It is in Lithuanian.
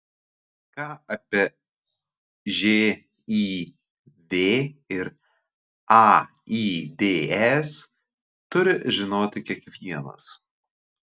ką apie živ ir aids turi žinoti kiekvienas